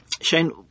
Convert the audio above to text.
Shane